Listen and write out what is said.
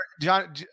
John